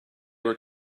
were